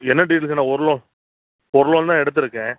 என்ன டீட்டைல்ஸ் வேணும் ஒரு லோன் ஒரு லோன் தான் எடுத்திருக்கேன்